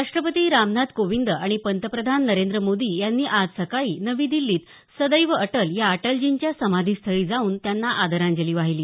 राष्ट्रपती रामनाथ कोविंद आणि पंतप्रधान नरेंद्र मोदी यांनी आज सकाळी नवी दिल्लीत सदैव अटल या अटलजींच्या समाधीस्थळी जाऊन त्यांना आदरांजली वाहिली